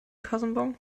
kassenbon